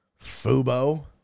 Fubo